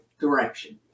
direction